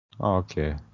Okay